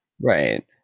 Right